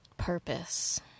purpose